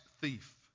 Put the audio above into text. thief